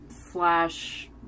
slash